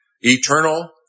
eternal